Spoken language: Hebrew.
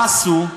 מה עשו?